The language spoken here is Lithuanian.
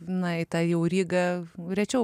na į tą jau rygą rečiau